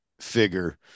figure